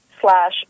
slash